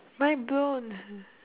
mind blown